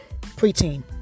Preteen